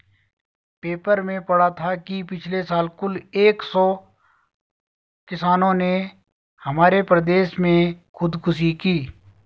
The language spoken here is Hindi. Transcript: पेपर में पढ़ा था कि पिछले साल कुल एक सौ किसानों ने हमारे प्रदेश में खुदकुशी की